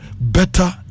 better